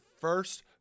first